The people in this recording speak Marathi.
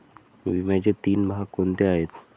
विम्याचे तीन भाग कोणते आहेत?